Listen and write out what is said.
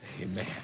Amen